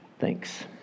Thanks